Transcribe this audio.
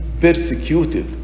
persecuted